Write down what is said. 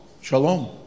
Shalom